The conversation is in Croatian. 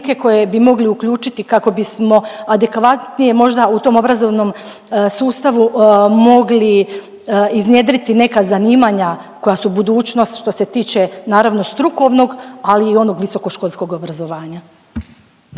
koje bi mogli uključiti kako bismo adekvatnije možda u tom obrazovnom sustavu mogli iznjedriti neka zanimanja koja su budućnost, što se tiče naravno strukovnog, ali i onog visokoškolskog obrazovanja.